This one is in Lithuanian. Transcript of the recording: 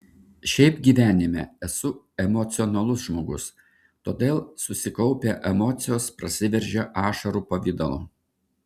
šiaip gyvenime esu emocionalus žmogus todėl susikaupę emocijos prasiveržia ašarų pavidalu